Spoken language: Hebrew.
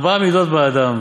ארבע מידות באדם: